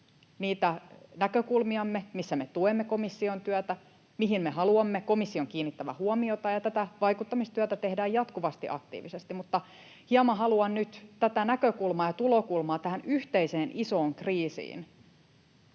niitä näkökulmiamme, missä me tuemme komission työtä ja mihin me haluamme komission kiinnittävän huomiota, ja tätä vaikuttamistyötä tehdään jatkuvasti aktiivisesti, mutta hieman haluan nyt tätä näkökulmaa ja tulokulmaa tähän yhteiseen ison kriisiin